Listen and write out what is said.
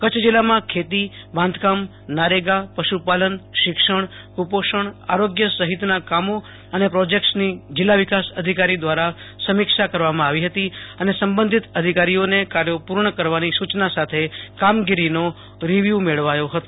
કચ્છ જિલ્લામાં ખેતીબાંધકામ નારેગા પશુપાલન શિક્ષણ કુપોષણ આરોગ્ય સહિતના કામો અને પ્રોજેકટસનો જિલ્લા વિકાસ અધિકારી દવારા સમિક્ષા કરવામાં આવી હતી અને સંબંધિત અધિકારીઓને કાર્યો પર્ણ કરવાની સુચના સાથે કામગોરીનો રિવ્યુ મેળવાયો હતો